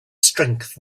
strength